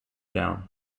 down